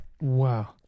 Wow